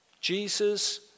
Jesus